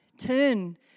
turn